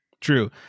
true